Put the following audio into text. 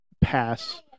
pass